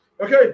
Okay